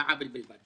והעוול בלבד.